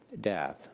death